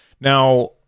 Now